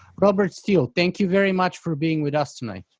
robert steele thank you very much for being with us tonight.